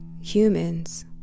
Humans